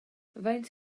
faint